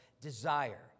desire